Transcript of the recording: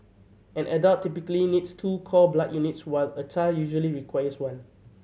an adult typically needs two cord blood units while a child usually requires one